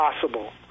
possible